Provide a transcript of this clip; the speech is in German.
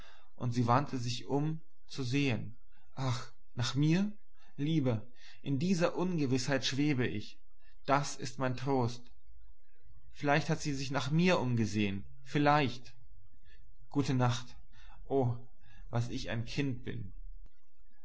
und sie wandte sich um zu sehen ach nach mir lieber in dieser ungewißheit schwebe ich das ist mein trost vielleicht hat sie sich nach mir umgesehen vielleicht gute nacht o was ich ein kind bin